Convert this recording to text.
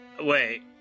Wait